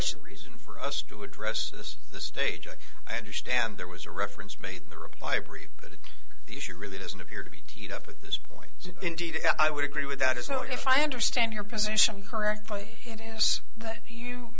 should reason for us to address this the stage as i understand there was a reference made in the reply brief but if the issue really doesn't appear to be teed up at this point i would agree with that is so if i understand your position correctly it is that you